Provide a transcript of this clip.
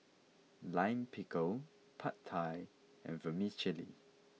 Lime Pickle Pad Thai and Vermicelli